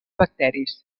bacteris